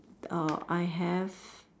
uh I have